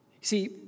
See